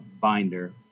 binder